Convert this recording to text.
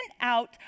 out